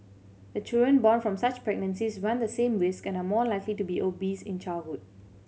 the children born from such pregnancies run the same risk and are more likely to be obese in childhood